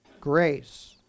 Grace